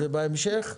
זה בהמשך?